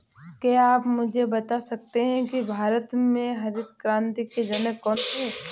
क्या आप मुझे बता सकते हैं कि भारत में हरित क्रांति के जनक कौन थे?